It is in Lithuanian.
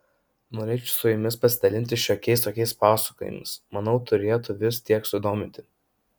norėčiau su jumis pasidalinti šiokiais tokiais pasakojimais manau turėtų vis tiek sudominti